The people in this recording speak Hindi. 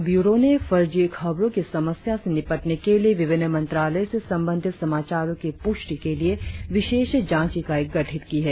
भारतीय प्रेस सूचना ब्यूरो ने फर्जी खबरों की समस्या से निपटने के लिए विभिन्न मंत्रालय से संबंधित समाचारों की पुष्टि के लिए विशेष जांच इकाई गठित की है